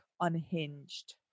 unhinged